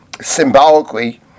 symbolically